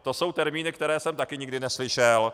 To jsou termíny, které jsem taky nikdy neslyšel.